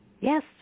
Yes